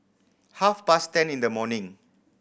half past ten in the morning